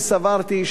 וסברתי,